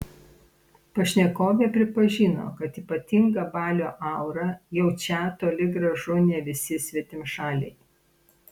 pašnekovė pripažino kad ypatingą balio aurą jaučią toli gražu ne visi svetimšaliai